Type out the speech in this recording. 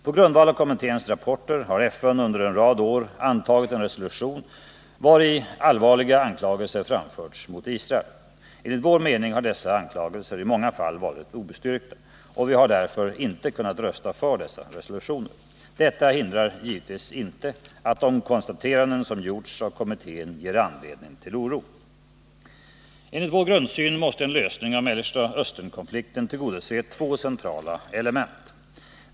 På grundval av kommitténs rapporter har FN under en rad år antagit en resolution vari allvarliga anklagelser framförts mot Israel. Enligt vår mening har dessa anklagelser i många fall varit obestyrkta, och vi har därför inte kunnat rösta för dessa resolutioner. Detta hindrar givetvis inte att de konstateranden som gjorts av kommittén ger anledning till oro. Enligt vår grundsyn måste en lösning av Mellersta Östern-konflikten tillgodose två centrala element.